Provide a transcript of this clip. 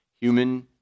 human